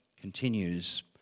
continues